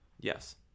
Yes